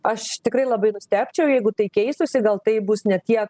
aš tikrai labai nustebčiau jeigu tai keistųsi gal tai bus ne tie